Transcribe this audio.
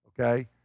Okay